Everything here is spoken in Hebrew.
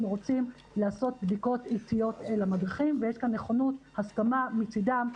רוצים לעשות בדיקות למדריכים ולקבל נכונות והסכמה לכך מצדם,